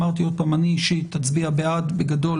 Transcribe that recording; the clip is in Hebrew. אמרתי שאני אישית אצביע בעד - בגדול,